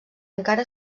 encara